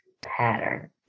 pattern